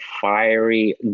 fiery